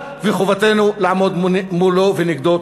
וחובתנו לעמוד מולו ונגדו.